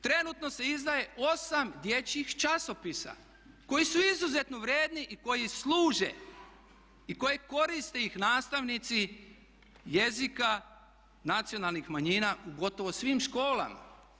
Trenutno se izdaje 8 dječjih časopisa koji su izuzetno vrijedni i koji služe i koje koriste ih nastavnici jezika nacionalnih manjina u gotovo svim školama.